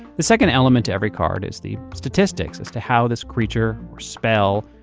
the second element to every card is the statistics as to how this creature, or spell,